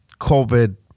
COVID